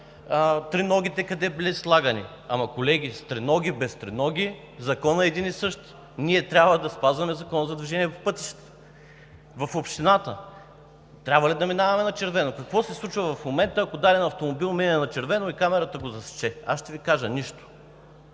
се къде били слагани триногите. Ама, колеги, с триноги, без триноги законът е един и същ. Ние трябва да спазваме Закона за движение по пътищата. В общината трябва ли да минаваме на червено? Какво се случва в момента, ако даден автомобил е на червено и камерата го засече? Аз ще Ви кажа – нищо!